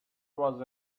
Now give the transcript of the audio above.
was